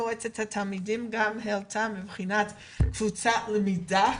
הנושא שהעלתה נציגת מועצת התלמידים מבחינת קבוצות למידה